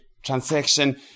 Transaction